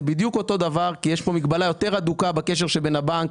זה בדיוק אותו דבר כי יש כאן מבלה יותר הדוקה בקשר שבין הבנק